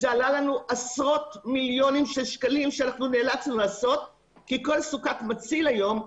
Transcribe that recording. זה עלה לנו עשרות מיליוני שקלים שנאלצנו לעשות כי כל סוכת מציל היום,